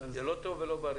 זה לא טוב ולא בריא.